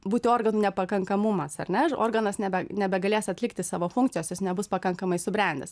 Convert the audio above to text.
būti organų nepakankamumas ar ne organas nebe nebegalės atlikti savo funkcijos jis nebus pakankamai subrendęs